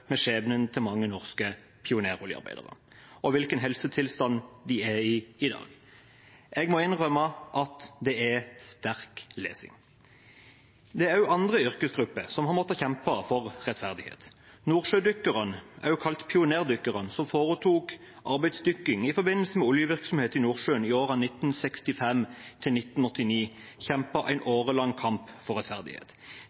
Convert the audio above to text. med skjebnen til mange norske pioneroljearbeidere og hvilken helsetilstand de er i i dag. Jeg må innrømme at det er sterk lesning. Det er også andre yrkesgrupper som har måttet kjempe for rettferdighet. Nordsjødykkerne, også kalt pionerdykkerne, som foretok arbeidsdykking i forbindelse med oljevirksomhet i Nordsjøen i årene 1965–1989, kjempet en årelang kamp for rettferdighet. De fleste var positive til